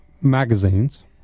magazines